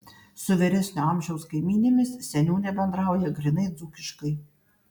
su vyresnio amžiaus kaimynėmis seniūnė bendrauja grynai dzūkiškai